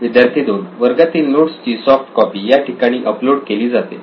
विद्यार्थी 2 वर्गातील नोट्स ची सॉफ्ट कॉपी या ठिकाणी अपलोड केली जाते